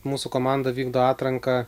mūsų komanda vykdo atranką